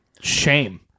shame